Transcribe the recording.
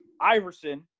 Iverson